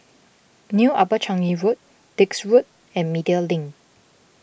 New Upper Changi Road Dix Road and Media Link